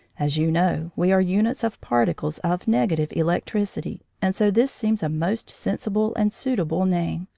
as you know, we are units of particles of negative electricity, and so this seems a most sensible and suitable name.